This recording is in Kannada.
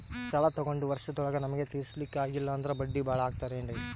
ಸಾಲ ತೊಗೊಂಡು ವರ್ಷದೋಳಗ ನಮಗೆ ತೀರಿಸ್ಲಿಕಾ ಆಗಿಲ್ಲಾ ಅಂದ್ರ ಬಡ್ಡಿ ಬಹಳಾ ಆಗತಿರೆನ್ರಿ?